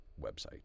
website